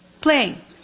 playing